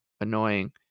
annoying